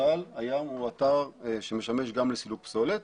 אבל הים הוא אתר שמשמש גם לסילוק פסולת.